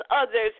others